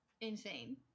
Insane